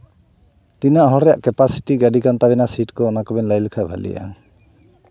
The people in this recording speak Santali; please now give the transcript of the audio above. ᱛᱤᱱᱟᱹᱜ ᱦᱚᱲ ᱨᱮᱭᱟᱜ ᱠᱮᱯᱟᱥᱤᱴᱤ ᱜᱟᱹᱰᱤ ᱠᱟᱱ ᱛᱟᱵᱮᱱᱟ ᱥᱤᱴ ᱠᱚ ᱚᱱᱟ ᱠᱚᱵᱮᱱ ᱞᱟᱹᱭ ᱞᱮᱠᱷᱟᱡ ᱵᱷᱟᱞᱮᱜᱼᱟ